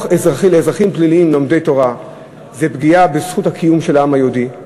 לומדי תורה לאזרחים פליליים זאת פגיעה בזכות הקיום של העם היהודי.